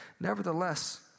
Nevertheless